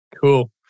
Cool